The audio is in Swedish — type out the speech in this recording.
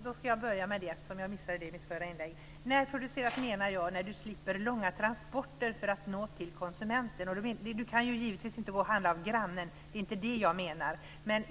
Fru talman! Jag ska börja med det eftersom jag missade det i mitt förra inlägg. Med närproduktion menar jag att man slipper långa transporter för att nå till konsumenten. Vi kan givetvis inte handla av grannen. Det är inte det jag menar. Men